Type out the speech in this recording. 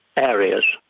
areas